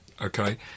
Okay